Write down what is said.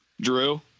drew